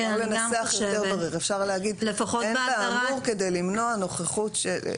אפשר להגיד לנסח ולהגיד שאין באמור כדי למנוע נוכחות של רופא,